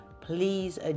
please